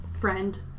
friend